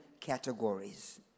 categories